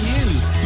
News